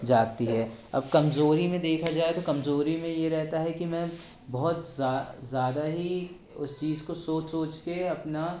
जागती है अब कमज़ोरी में देखा जाए तो कमज़ोरी में ये रहता है कि मैं बहुत ज़्यादा ही उस चीज़ को सोच सोच के अपना